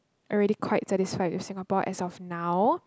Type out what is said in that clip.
already quite satisfied with Singapore as of now